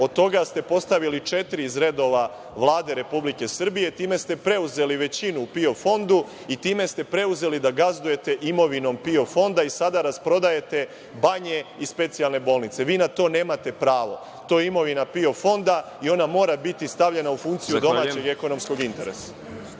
od toga ste postavili četiri iz redova Vlade Republike Srbije, time ste preuzeli većinu u PIO fondu i time ste preuzeli da gazdujete imovinom PIO fonda i sada rasprodajete banje i specijalne bolnice. Vi na to nemate pravo. To je imovina PIO fonda i ona mora biti stavljena u funkciju domaćeg i ekonomskog interesa.